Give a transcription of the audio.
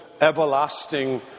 everlasting